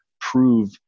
prove